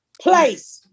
place